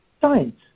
science